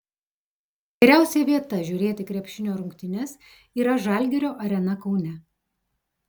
geriausia vieta žiūrėti krepšinio rungtynes yra žalgirio arena kaune